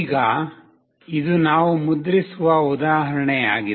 ಈಗ ಇದು ನಾವು ಮುದ್ರಿಸುವ ಉದಾಹರಣೆಯಾಗಿದೆ